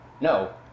No